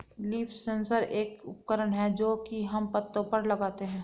leaf sensor एक उपकरण है जो की हम पत्तो पर लगाते है